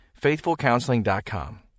FaithfulCounseling.com